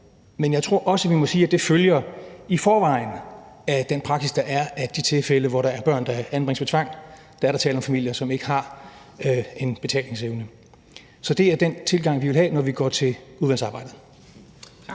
men jeg tror også, at vi må sige, at det i forvejen følger af den praksis, der er, nemlig at i de tilfælde, hvor der er børn, der anbringes ved tvang, er der tale om familier, som ikke har en betalingsevne. Så det er den tilgang, vi vil have, når vi går til udvalgsarbejdet.